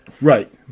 Right